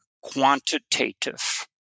quantitative